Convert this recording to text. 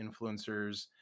influencers